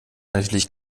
natürlich